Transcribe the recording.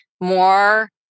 more